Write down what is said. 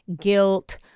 guilt